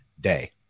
day